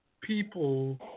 people